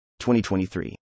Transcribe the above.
2023